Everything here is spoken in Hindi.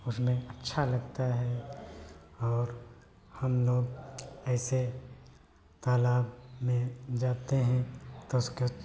उसमें अच्छा लगता है और हम लोग ऐसे तालाब में जाते हैं तो उसके